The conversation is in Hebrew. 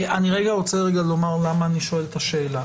אני לומר למה אני שואל את השאלה.